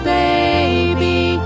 baby